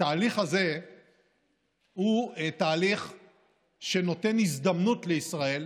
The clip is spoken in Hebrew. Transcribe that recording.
התהליך הזה הוא תהליך שנותן הזדמנות לישראל